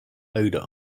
odor